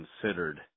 considered